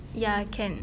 ya can